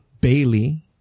Bailey